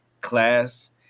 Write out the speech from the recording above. class